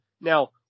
Now